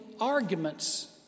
arguments